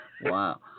Wow